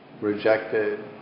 rejected